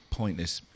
pointless